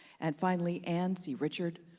and finally anne c. richard,